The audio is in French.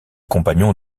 compagnons